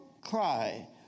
cry